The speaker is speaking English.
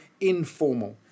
informal